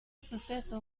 suceso